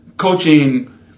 coaching